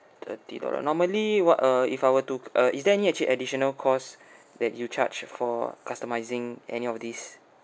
thirty dollar normally what err if I were to uh is there any actually additional costs that you charged for customizing any of this